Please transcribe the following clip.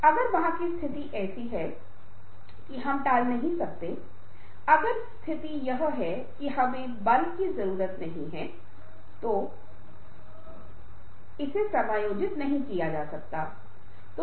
और जैसा कि मैंने आपको बताया कि यह एक व्यक्तित्व अभिविन्यास है यह प्रेरित होने का सवाल है यह विशिष्ट विचारधाराओं के होने का सवाल है और हम उन्हें बदलने के बारे में बहुत कुछ कर सकते हैं